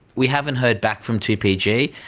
we haven't heard back from tpg,